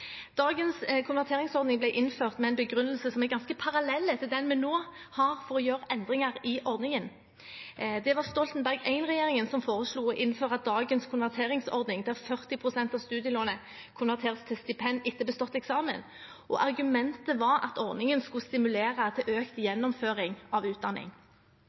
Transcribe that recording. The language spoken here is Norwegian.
Dagens konverteringsordning ble innført med en begrunnelse som er ganske parallell til den vi nå har for å gjøre endringer i ordningen. Det var Stoltenberg I-regjeringen som foreslo å innføre dagens konverteringsordning, der 40 pst. av studielånet konverteres til stipend etter bestått eksamen. Argumentet var at ordningen skulle stimulere til økt gjennomføring av utdanning.